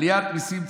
עליית מיסים,